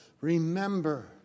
Remember